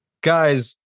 guys